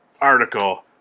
article